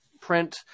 print